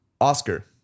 Oscar